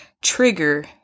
trigger